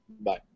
Bye